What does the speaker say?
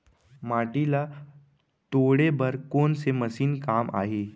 माटी ल तोड़े बर कोन से मशीन काम आही?